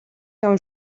явна